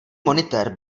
monitér